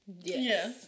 Yes